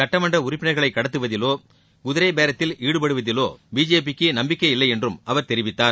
சட்டமன்ற உறுப்பினர்களை கடத்துவதிலோ குதிரை பேரத்தில் ஈடுபடுவதிலோ பிஜேபிக்கு நம்பிக்கை இல்லை என்றும் அவர் தெரிவித்தார்